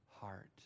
heart